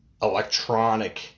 Electronic